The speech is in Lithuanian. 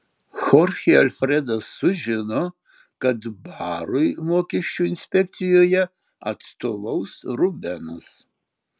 chorchė alfredas sužino kad barui mokesčių inspekcijoje atstovaus rubenas